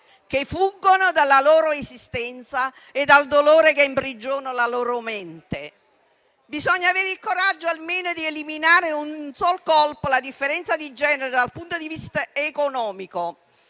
che fuggono dalla loro esistenza e dal dolore che imprigiona la loro mente. Bisogna avere il coraggio di eliminare in un sol colpo la differenza di genere almeno dal punto di vista economico.